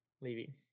leaving